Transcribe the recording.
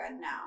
now